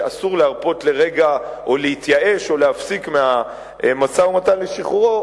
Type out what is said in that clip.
שאסור להרפות לרגע או להתייאש או להפסיק את המשא-ומתן לשחרורו,